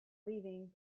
leaving